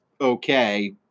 okay